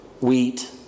wheat